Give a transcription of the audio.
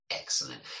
excellent